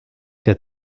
der